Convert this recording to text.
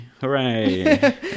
Hooray